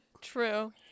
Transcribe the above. True